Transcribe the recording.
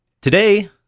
today